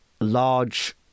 large